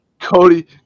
Cody